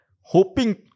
hoping